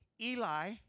Eli